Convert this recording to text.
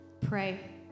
pray